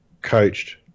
coached